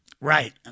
Right